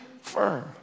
firm